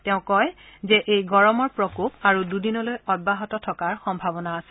তেওঁ কয় যে এই গৰমৰ প্ৰকোপ আৰু দুদিনলৈ অব্যাহত থকাৰ সম্ভাৱনা আছে